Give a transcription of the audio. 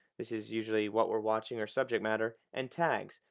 this is usually what we're watching or subject matter and tags,